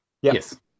Yes